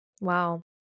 Wow